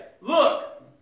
look